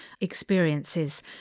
experiences